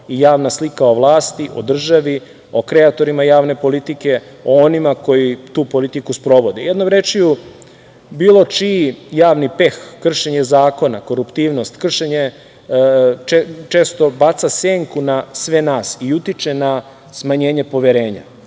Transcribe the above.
i javna slika o vlasti, o državi, o kreatorima javne politike, o onima koji tu politiku sprovode. Jednom rečju, bilo čiji javni peh, kršenje zakona, koruptivnost, često baca senku na sve nas i utiče na smanjenje poverenja.